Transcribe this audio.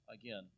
again